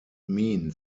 mean